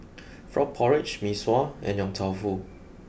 frog porridge Mee Sua and Yong Tau Foo